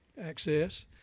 access